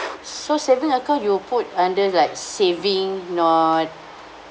so savings account you put under like saving not